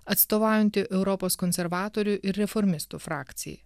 atstovaujanti europos konservatorių ir reformistų frakcijai